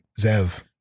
Zev